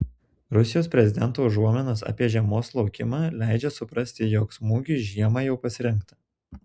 rusijos prezidento užuominos apie žiemos laukimą leidžia suprasti jog smūgiui žiemą jau pasirengta